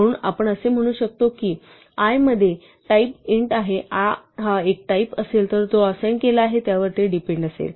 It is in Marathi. म्हणून आपण असे म्हणू शकत नाही की i मध्ये टाइप int आहे i हा एक टाईप असेल जो तो असाइन केला आहे यावर डिपेंड असेल